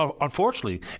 unfortunately